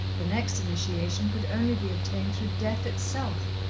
the next initiation could only be obtained through death itself,